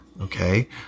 Okay